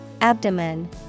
Abdomen